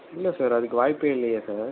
இல்லை சார் அதுக்கு வாய்ப்பே இல்லையே சார்